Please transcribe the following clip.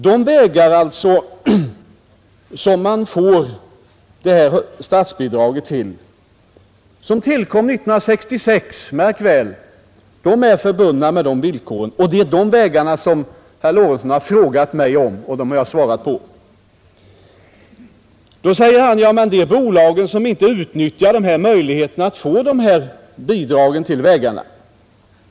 De vägar som man får det högre statsbidraget till — som tillkom år 1965, märk väl — är alltså förbundna med villkor att hållas öppna för allmänheten. Det är dessa vägar som herr Lorentzon har frågat mig om, och det är om dem jag har svarat. Då säger herr Lorentzon: Ja, men det är bolagen som inte utnyttjar möjligheterna att få sådana här bidrag till vägarna.